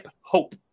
Hope